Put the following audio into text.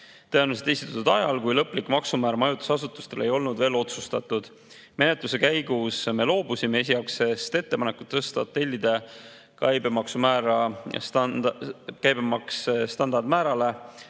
tõenäoliselt esitatud ajal, kui lõplikku maksumäära majutusasutustele ei olnud veel otsustatud. Menetluse käigus me loobusime esialgsest ettepanekust tõsta hotellide käibemaks standardmäärale,